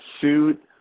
suit